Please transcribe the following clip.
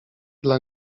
dla